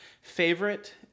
favorite